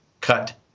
cut